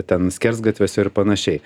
ten skersgatviuose ir panašiai